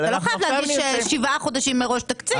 אתה לא חייב להגיש שבעה חודשים מראש תקציב.